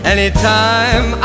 Anytime